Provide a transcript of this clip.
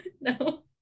No